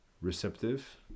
Receptive